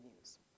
news